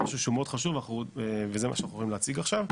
אני חושב שהוא מאוד חשוב וזה מה שאנחנו הולכים להציג עכשיו.